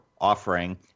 offering